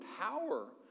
power